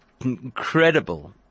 incredible